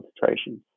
concentrations